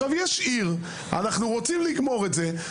יש עיר, אנחנו רוצים לגמור את זה.